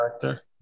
character